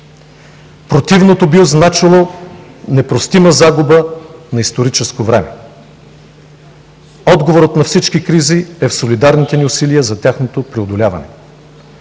Противното би значило непростима загуба на историческо време. Отговорът на всички кризи е в солидарните ни усилия за тяхното преодоляване.